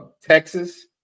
Texas